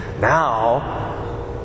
Now